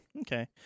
okay